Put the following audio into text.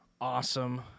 awesome